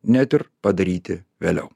net ir padaryti vėliau